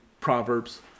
Proverbs